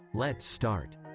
lets start.